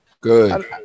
Good